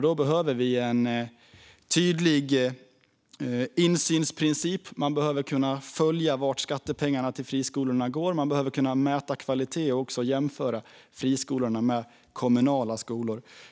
Då behöver vi en tydlig insynsprincip. Man behöver kunna följa vart skattepengarna till friskolorna går. Man behöver kunna mäta kvalitet och också jämföra friskolorna med kommunala skolor.